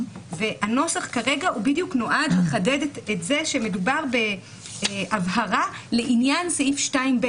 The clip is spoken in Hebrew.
והנוסח כרגע הוא בדיוק נועד לחדד את זה שמדובר בהבהרה לעניין סעיף 2(ב),